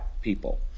people